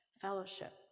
fellowship